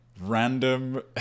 random